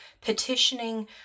petitioning